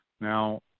Now